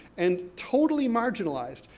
and totally marginalized,